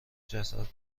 جسد